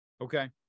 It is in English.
Okay